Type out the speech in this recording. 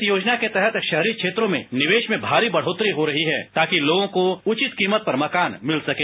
इस योजना के तहत शहरी क्षेत्रों में निवेश में भारी बढ़ोत्तरी हो रही है ताकि लोगों को उचित कीमत पर मकान मिल सके